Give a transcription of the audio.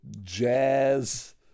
Jazz